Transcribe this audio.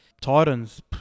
Titans